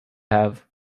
have